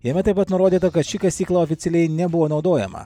jame taip pat nurodyta kad ši kasykla oficialiai nebuvo naudojama